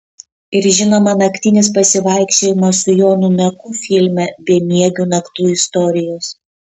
ir žinoma naktinis pasivaikščiojimas su jonu meku filme bemiegių naktų istorijos